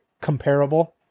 comparable